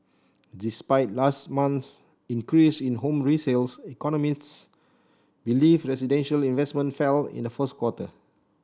despite last month's increase in home resales economists believe residential investment fell in the first quarter